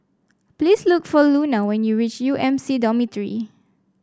please look for Luna when you reach U M C Dormitory